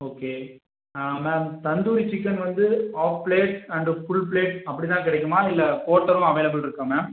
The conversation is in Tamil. ஓகே மேம் தந்தூரி சிக்கன் வந்து half plate and full plate அப்படி தான் கிடைக்குமா இல்லை குவ்வோட்டரும் அவைலபில் இருக்கா மேம்